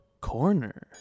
corner